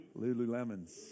Lululemons